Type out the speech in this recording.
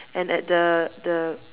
and at the the